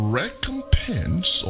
recompense